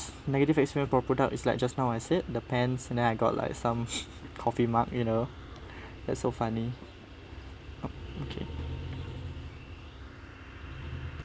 negative experience for product is like just now I said the pants and then I got like some coffee mag you know that's so funny okay